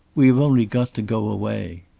we have only got to go away.